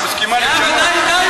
מסכימה לשנות.